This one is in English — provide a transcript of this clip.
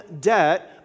debt